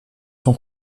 son